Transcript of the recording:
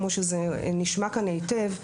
כמו שזה נשמע כאן היטב,